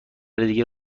دیگه